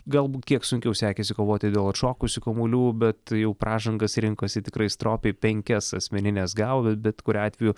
galbūt kiek sunkiau sekėsi kovoti dėl atšokusių kamuolių bet jau pražangas rinkosi tikrai stropiai penkias asmenines gal bet kuriuo atveju